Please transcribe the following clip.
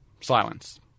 Silence